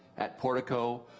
at portico,